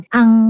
ang